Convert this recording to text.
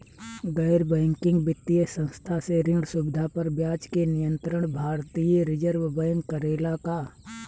गैर बैंकिंग वित्तीय संस्था से ऋण सुविधा पर ब्याज के नियंत्रण भारती य रिजर्व बैंक करे ला का?